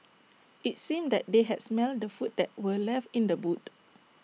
IT seemed that they had smelt the food that were left in the boot